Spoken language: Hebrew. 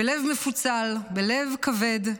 בלב מפוצל, בלב כבד,